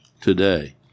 today